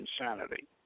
insanity